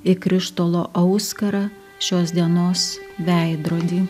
į krištolo auskarą šios dienos veidrody